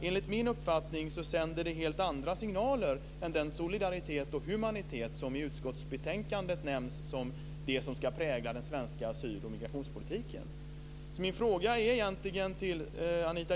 Enligt min uppfattning sänder det helt andra signaler än den solidaritet och humanitet som i utskottsbetänkandet nämns som det som ska prägla den svenska asyl och migrationspolitiken.